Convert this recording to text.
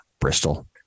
Bristol